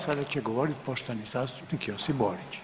Sada će govoriti poštovani zastupnik Josip Borić.